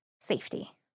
Safety